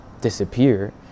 disappear